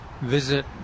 visit